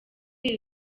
iri